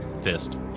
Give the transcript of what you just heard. fist